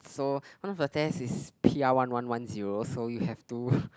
so one of the test is P R one one one zero so you have to